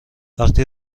وقتی